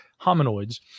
hominoids